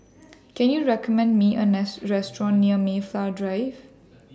Can YOU recommend Me A Restaurant near Mayflow Drive